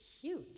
huge